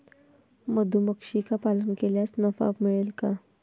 मधुमक्षिका पालन केल्यास नफा मिळेल का?